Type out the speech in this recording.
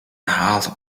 half